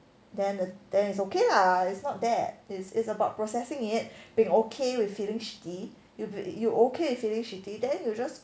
then the then it's okay lah it's not there it's it's about processing it being okay with feeling shitty you you okay you feeling shitty then you just